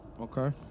Okay